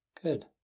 Good